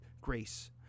grace